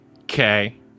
okay